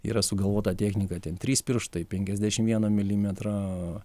yra sugalvota technika ten trys pirštai penkiasdešimt vieno milimetro